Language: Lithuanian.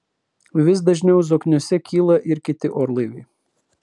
vis dažniau zokniuose kyla ir kiti orlaiviai